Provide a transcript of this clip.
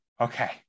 Okay